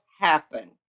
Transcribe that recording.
happen